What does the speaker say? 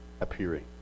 appearing